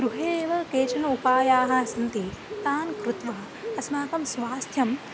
गृहे एव केचन उपायाः सन्ति तान् कृत्वा अस्माकं स्वास्थ्यं